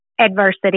adversity